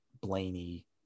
Blaney